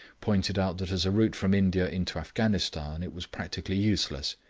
pointed out that as a route from india into afghanistan it was practically useless.